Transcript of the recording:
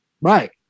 Right